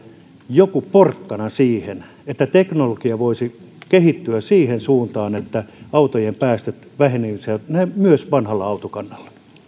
joku porkkana siihen että teknologia voisi kehittyä siihen suuntaan että autojen päästöt vähenisivät myös vanhalla autokannalla